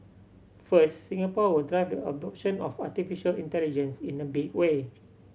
first Singapore will drive the adoption of artificial intelligence in a big way